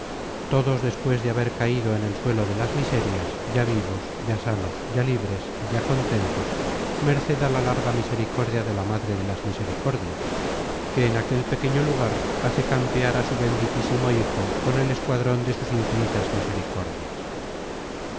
todos despues de haber caido en el suelo de las miserias ya vivos ya sanos ya libres y ya contentos merced á la larga misericordia de la madre de las misericordias que en aquel pequeño lugar hace campear á su benditísimo hijo con el escuadron de sus infinitas misericordias